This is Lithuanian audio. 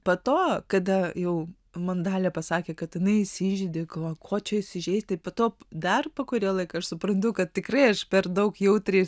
po to kada jau man dalia pasakė kad jinai įsižeidė galvojau ko čia įsižeisti po to dar po kurio laiko aš suprantu kad tikrai aš per daug jautriai